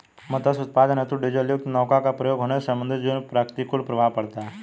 मत्स्य उत्पादन हेतु डीजलयुक्त नौका का प्रयोग होने से समुद्री जीवों पर प्रतिकूल प्रभाव पड़ता है